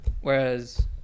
Whereas